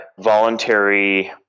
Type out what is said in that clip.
voluntary